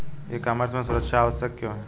ई commerce में सुरक्षा आवश्यक क्यों है?